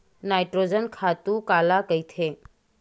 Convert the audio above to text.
Nitrogen खातु काला कहिथे?